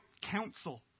counsel